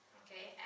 okay